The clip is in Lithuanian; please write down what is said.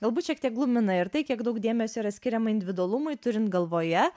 galbūt šiek tiek glumina ir tai kiek daug dėmesio yra skiriama individualumui turint galvoje